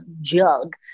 jug